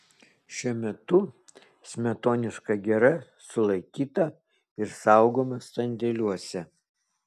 šiuo metu smetoniška gira sulaikyta ir saugoma sandėliuose